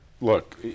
Look